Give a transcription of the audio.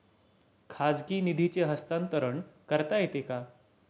खाजगी निधीचे हस्तांतरण करता येते का?